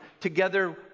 together